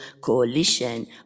coalition